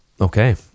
Okay